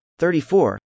34